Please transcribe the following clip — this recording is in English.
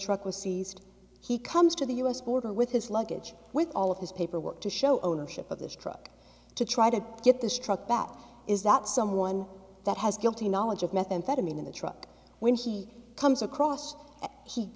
truck was seized he comes to the u s border with his luggage with all of his paperwork to show ownership of this truck to try to get this truck that is that someone that has guilty knowledge of methamphetamine in the truck when he comes across he